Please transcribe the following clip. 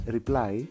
Reply